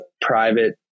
private